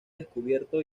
descubierto